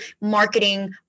marketing